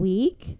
Week